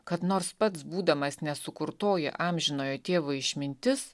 kad nors pats būdamas nesukurtoji amžinojo tėvo išmintis